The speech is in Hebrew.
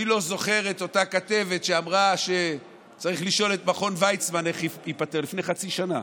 מי לא זוכר את אותה כתבת שאמרה לפני חצי שנה